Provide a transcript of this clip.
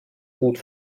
gut